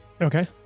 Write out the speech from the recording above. Okay